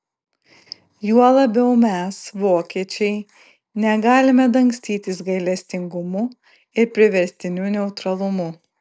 juo labiau mes vokiečiai negalime dangstytis gailestingumu ir priverstiniu neutralumu